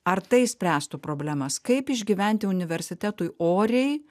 ar tai spręstų problemas kaip išgyventi universitetui oriai